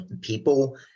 people